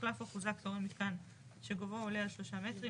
הוחלף או חוזק תורן מיתקן שגובהו עולה על 3 מטרים,